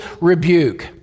rebuke